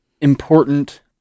important